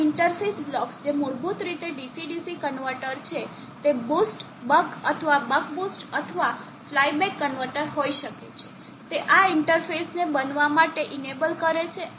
આ interface blocks જે મૂળભૂત રીતે DC DC કન્વર્ટર છે જે બૂસ્ટ બક અથવા બક બૂસ્ટ અથવા ફ્લાય બેક કન્વર્ટર હોઈ શકે છે તે આ ઇન્ટરફેસને બનવા માટે ઇનેબલ કરે છે